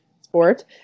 sport